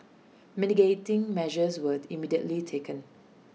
mitigating measures were immediately taken